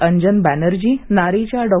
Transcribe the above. अंजन बॅनर्जी नारी च्या डॉ